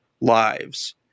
lives